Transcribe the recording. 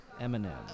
Eminem